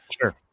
Sure